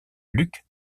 luc